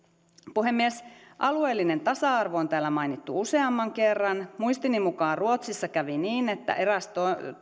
puhemies alueellinen tasa arvo on täällä mainittu useamman kerran muistini mukaan ruotsissa kävi niin että eräs